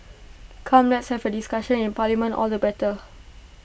come let's have A discussion in parliament all the better